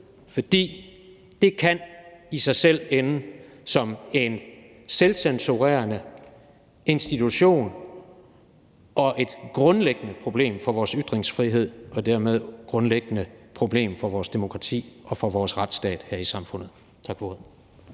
for det kan i sig selv ende som en selvcensurerende institution og et grundlæggende problem for vores ytringsfrihed og dermed et grundlæggende problem for vores demokrati og for vores retsstat her i samfundet. Tak for